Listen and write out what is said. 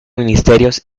ministerios